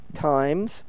times